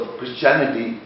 Christianity